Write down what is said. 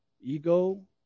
ego